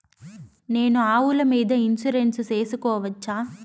నేను ఆవుల మీద ఇన్సూరెన్సు సేసుకోవచ్చా?